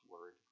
Word